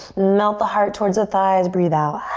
melt the heart towards the thighs, breathe out.